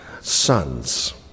sons